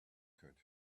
could